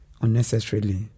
unnecessarily